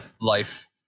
life